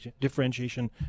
differentiation